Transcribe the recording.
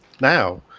now